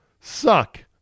suck